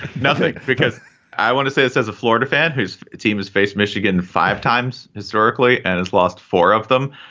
nothing because i want to say this as a florida fan whose team is face michigan five times historically and has lost four of them,